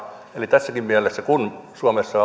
tässäkin mielessä kun suomessa